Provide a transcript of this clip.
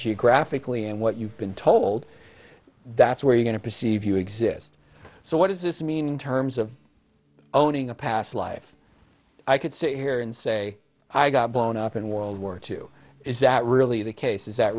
geographically and what you've been told that's where you're going to perceive you exist so what does this mean in terms of owning a past life i could sit here and say i got blown up in world war two is that really the case is that